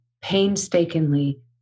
painstakingly